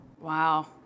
Wow